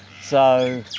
so